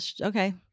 Okay